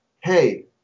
hey